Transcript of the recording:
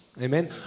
Amen